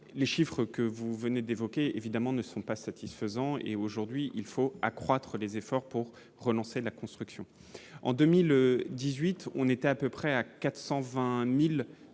les chiffres que vous venez d'évoquer ne sont évidemment pas satisfaisants. Aujourd'hui, il faut accroître les efforts pour relancer la construction. En 2018, on dénombrait environ 420 000